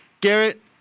Garrett